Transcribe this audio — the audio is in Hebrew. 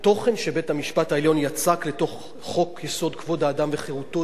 התוכן שבית-המשפט העליון יצק לתוך חוק-יסוד: כבוד האדם וחירותו,